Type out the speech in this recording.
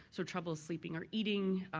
so trouble sleeping or eating,